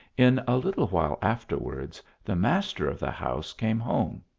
in a little while afterwards, the master of the house came home.